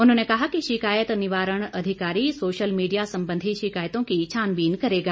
उन्होंने कहा कि शिकायत निर्वारण अधिकारी सोशल मीडिया संबंधी शिकायतों की छानबीन करेगा